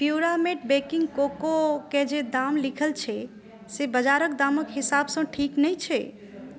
प्युरामेट baking कोकोके जे दाम लिखल छै से बजारक दामक हिसाबसँ ठीक नहि छै